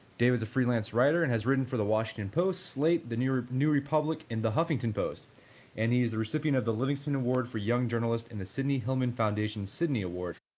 dave is a freelance writer, and has written for the washington post, slate, the new new republic, and the huffington post and he's the recipient of the livingston award for young journalist and the sidney hillman foundation's sidney award.